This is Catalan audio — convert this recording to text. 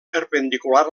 perpendicular